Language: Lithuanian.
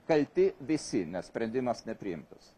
kalti visi nes sprendimas nepriimtas